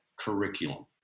curriculum